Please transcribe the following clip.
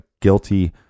guilty